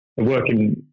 working